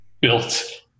built